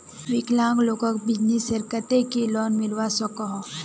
विकलांग लोगोक बिजनेसर केते की लोन मिलवा सकोहो?